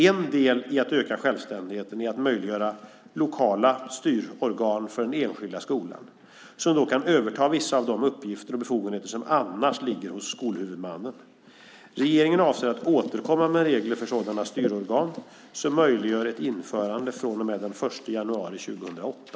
En del i att öka självständigheten är att möjliggöra lokala styrorgan för den enskilda skolan, som då kan överta vissa av de uppgifter och befogenheter som annars ligger hos skolhuvudmannen. Regeringen avser att återkomma med regler för sådana styrorgan, som möjliggör ett införande den 1 januari 2008.